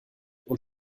und